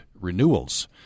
renewals